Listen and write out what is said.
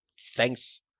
thanks